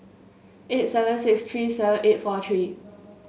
eight seven six three seven eight four three